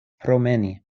promeni